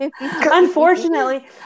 Unfortunately